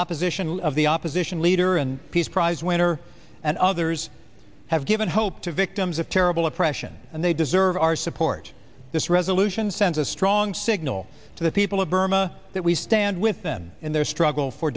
opposition of the opposition leader and peace prize winner and others have given hope to victims of terrible oppression and they deserve our support this resolution sends a strong signal to the people of burma that we stand with them in their struggle for